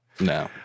No